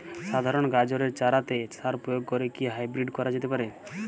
সাধারণ গাজরের চারাতে সার প্রয়োগ করে কি হাইব্রীড করা যেতে পারে?